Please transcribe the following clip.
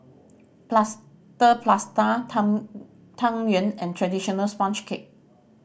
Plaster Prata tang Tang Yuen and traditional sponge cake